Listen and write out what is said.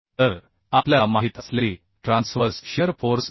तर आपल्याला माहित असलेली ट्रान्सवर्स शिअर फोर्स 2